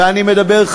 ואני מדבר,